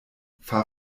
fahr